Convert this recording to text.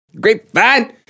Grapevine